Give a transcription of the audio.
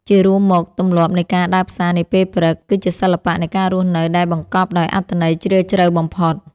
ជារួមមក ទម្លាប់នៃការដើរផ្សារនាពេលព្រឹក គឺជាសិល្បៈនៃការរស់នៅដែលបង្កប់ដោយអត្ថន័យជ្រាលជ្រៅបំផុត។